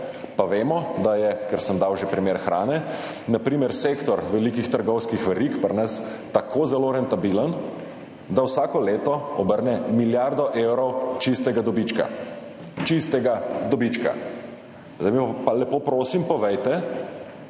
Pa vemo, da je, ker sem dal že primer hrane, na primer sektor velikih trgovskih verig pri nas tako zelo rentabilen, da vsako leto obrne milijardo evrov čistega dobička. Čistega dobička! Zdaj mi pa, lepo prosim, povejte,